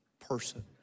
person